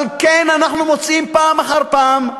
אבל כן אנחנו מוצאים, פעם אחר פעם,